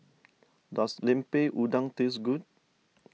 does Lemper Udang taste good